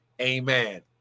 Amen